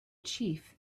chief